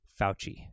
Fauci